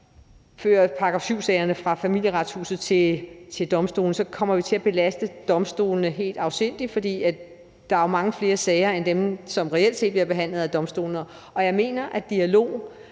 § 7-sagerne fra Familieretshuset til domstolene kommer vi til at belaste domstolene helt afsindigt, fordi der jo er mange flere sager end dem, som reelt set bliver behandlet af domstolene. Jeg mener, at dialog